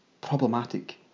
problematic